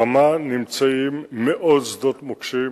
ברמה נמצאים מאות שדות מוקשים,